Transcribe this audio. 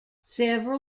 several